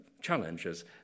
challenges